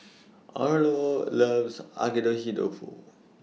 Orlo loves Agedashi Dofu